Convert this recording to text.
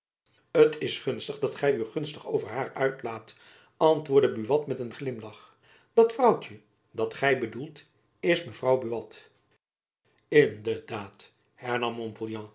t is gelukkig dat gy u gunstig over haar uitlaat antwoordde buat met een glimlach het vrouwtjen dat gy bedoelt is mevrouw buat in de daad